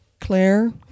Claire